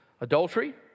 Adultery